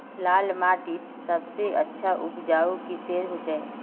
लाल माटित सबसे अच्छा उपजाऊ किसेर होचए?